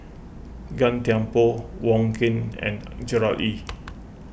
Gan Thiam Poh Wong Keen and Gerard Ee